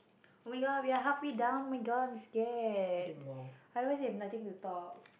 oh-my-god we are halfway done oh-my-god I'm scared I realised we have nothing to talk